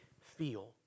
feel